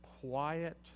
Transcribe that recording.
quiet